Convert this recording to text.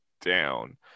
down